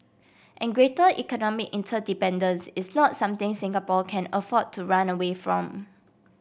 and greater economic interdependence is not something Singapore can afford to run away from